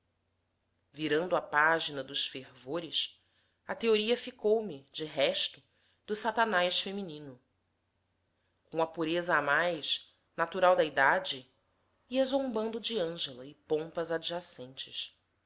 virando a página dos fervores a teoria ficou-me de resto do satanás feminino com a pureza a mais natural da idade ia zombando de ângela e pompas adjacentes